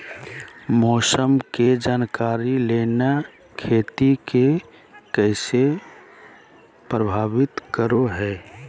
मौसम के जानकारी लेना खेती के कैसे प्रभावित करो है?